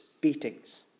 beatings